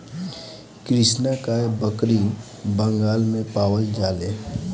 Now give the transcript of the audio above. कृष्णकाय बकरी बंगाल में पावल जाले